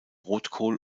rotkohl